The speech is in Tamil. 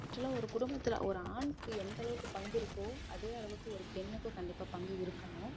ஆக்ஷுவலா ஒரு குடும்பத்தில் ஒரு ஆணுக்கு எந்த அளவுக்கு பங்கு இருக்கோ அதே அளவுக்கு ஒரு பெண்ணுக்கும் கண்டிப்பாக பங்கு இருக்கணும்